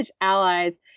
allies